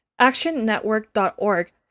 Actionnetwork.org